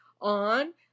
on